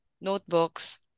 notebooks